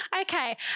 Okay